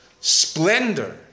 splendor